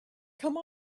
come